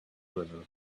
river